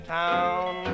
town